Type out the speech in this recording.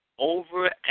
over